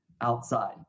outside